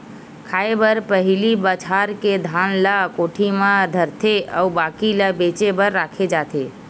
खाए बर पहिली बछार के धान ल कोठी म धरथे अउ बाकी ल बेचे बर राखे जाथे